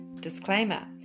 Disclaimer